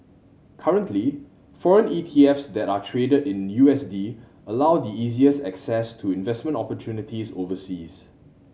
currently foreign ETFs that are traded in U S D allow the easiest access to investment opportunities overseas